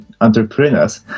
entrepreneurs